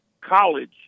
college